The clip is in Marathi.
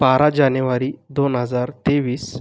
बारा जानेवारी दोन हजार तेवीस